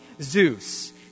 Zeus